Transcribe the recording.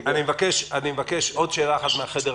נשמע עוד שאלה אחת מן החדר השני,